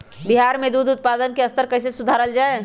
बिहार में दूध उत्पादन के स्तर कइसे सुधारल जाय